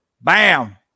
Bam